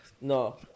no